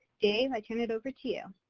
dave, i turn it over to you.